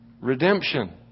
Redemption